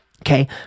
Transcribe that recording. Okay